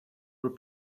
were